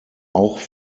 auch